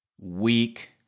weak